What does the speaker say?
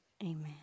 amen